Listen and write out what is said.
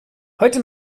heute